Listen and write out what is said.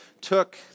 took